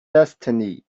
destiny